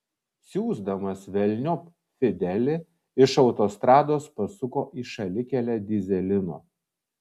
siųsdamas velniop fidelį iš autostrados pasuko į šalikelę dyzelino